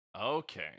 Okay